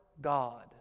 God